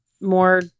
more